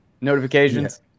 notifications